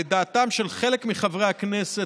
ודעתם של חלק מחברי הכנסת,